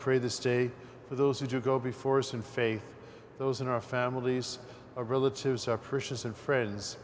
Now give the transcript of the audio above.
for this day for those who do go before us in faith those in our families are relatives are precious and friends